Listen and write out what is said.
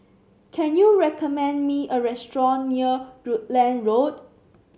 can you recommend me a restaurant near Rutland Road